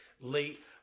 late